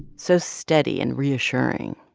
so steady and reassuring